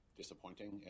disappointing